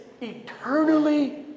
eternally